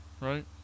Right